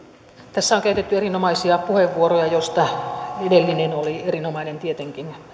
tässä on käytetty erinomaisia puheenvuoroja joista edellinen oli erinomainen tietenkin ilkka